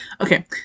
Okay